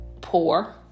poor